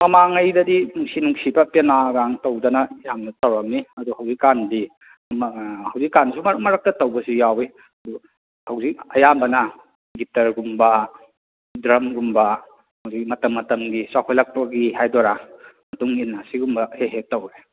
ꯃꯃꯥꯡ ꯉꯩꯗꯗꯤ ꯅꯨꯡꯁꯤ ꯅꯨꯡꯁꯤꯕ ꯄꯦꯅꯥꯒ ꯇꯧꯗꯅ ꯌꯥꯝꯅ ꯇꯧꯔꯝꯃꯤ ꯑꯗꯣ ꯍꯧꯖꯤꯛꯀꯥꯟꯗꯤ ꯍꯧꯖꯤꯛꯀꯥꯟꯁꯨ ꯃꯔꯛ ꯃꯔꯛꯇ ꯇꯧꯕꯁꯨ ꯌꯥꯎꯌꯤ ꯑꯗꯣ ꯍꯧꯖꯤꯛ ꯑꯌꯥꯝꯕꯅ ꯒꯤꯇꯔꯒꯨꯝꯕ ꯗ꯭ꯔꯝꯒꯨꯝꯕ ꯑꯗꯒꯤ ꯃꯇꯝ ꯃꯇꯝꯒꯤ ꯆꯥꯎꯈꯠꯂꯛꯄꯒꯤ ꯍꯥꯏꯗꯣꯏꯔꯥ ꯃꯇꯨꯡꯏꯟꯅ ꯁꯤꯒꯨꯝꯕ ꯍꯦꯛ ꯍꯦꯛ ꯇꯧꯏ